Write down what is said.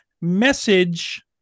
message